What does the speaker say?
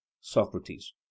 Socrates